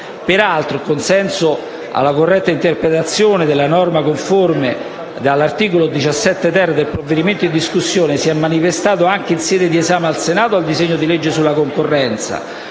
Peraltro, il consenso alla corretta interpretazione della norma conforme dell'articolo 17-*ter* del provvedimento in discussione si è manifestato anche in sede d'esame al Senato del disegno di legge sulla concorrenza